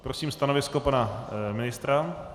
Prosím stanovisko pana ministra.